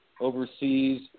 overseas –